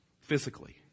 Physically